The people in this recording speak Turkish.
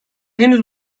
henüz